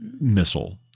missile